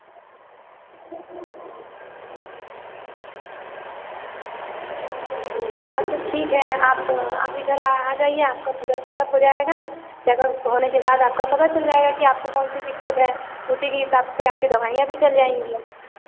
हाँ तो ठीक है आप आप इधर आ जाइए आपका पूरा चेकअप हो जाएगा चेक अप होने के बाद आपका पता चल जाएगा की आपको कौनसी दिक्कत है उसी के हिसाब से आपकी दवाईयाँ भी चल जाएँगी